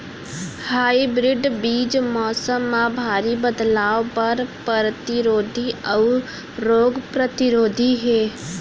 hybrid बीज मौसम मा भारी बदलाव बर परतिरोधी अऊ रोग परतिरोधी हे